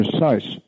precise